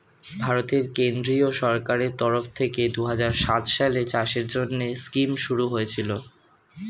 ভারতের কেন্দ্রীয় সরকারের তরফ থেকে দুহাজার সাত সালে চাষের জন্যে স্কিম শুরু হয়েছিল